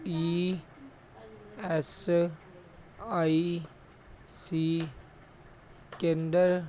E S I C ਕੇਂਦਰ